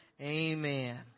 Amen